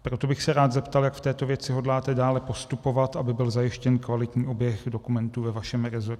Proto bych se rád zeptal, jak v této věci hodláte dále postupovat, aby byl zajištěn kvalitní oběh dokumentů ve vašem rezortu.